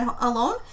alone